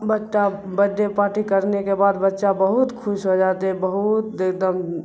birthday party کرنے کے بعد بچہ بہت خوش ہو جاتے ہیں بہت ایک دم